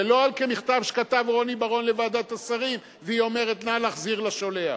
ולא כמכתב שכתב רוני בר-און לוועדת השרים והיא אומרת "נא להחזיר לשולח".